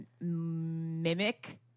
mimic